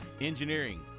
engineering